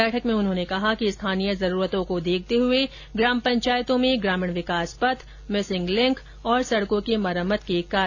बैठक में उन्होंने कहा कि स्थानीय जरूरतों को देखते हए ग्राम पंचायतों में ग्रामीण विकास पथ मिसिंग लिंक और सड़कों की मरम्मत के कार्य किए जाएं